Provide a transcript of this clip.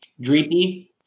Dreepy